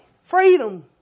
freedom